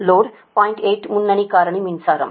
8 முன்னணி காரணி மின்சாரம்